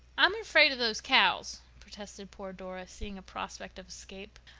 i'm afraid of those cows, protested poor dora, seeing a prospect of escape.